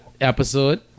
episode